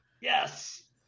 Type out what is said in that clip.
Yes